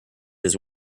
his